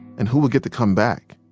and who would get to come back?